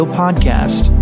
podcast